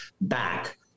back